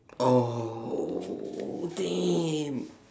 oh damn